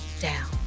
down